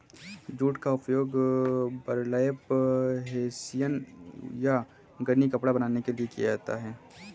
jute का उपयोग burlap hessian या गनी कपड़ा बनाने के लिए किया जाता है